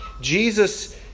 Jesus